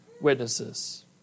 witnesses